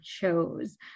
chose